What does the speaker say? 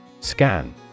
Scan